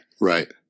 Right